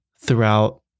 throughout